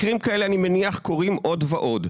מקרים כאלה, אני מניח, קורים עוד ועוד.